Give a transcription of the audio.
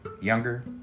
younger